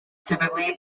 typically